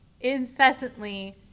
incessantly